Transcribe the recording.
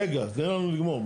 רגע, תני לנו לגמור.